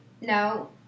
No